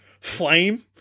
flame